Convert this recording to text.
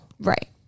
Right